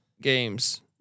games